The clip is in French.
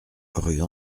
rue